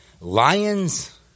Lions